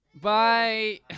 Bye